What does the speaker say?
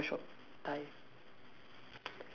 okay tell me about Thai Thai shop Thai